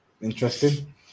interesting